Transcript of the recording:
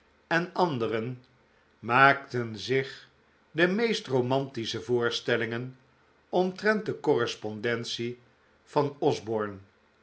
en de anderen maakten zich de meest romantische voorstellingen omtrent de correspondentie van osborne